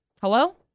Hello